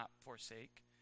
forsake